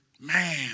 Man